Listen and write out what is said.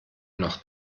noch